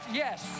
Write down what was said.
yes